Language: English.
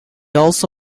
also